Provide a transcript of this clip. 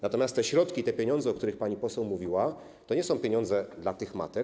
Natomiast te środki, te pieniądze, o których pani poseł mówiła, to nie są pieniądze dla tych matek.